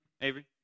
Avery